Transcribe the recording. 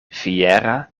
fiera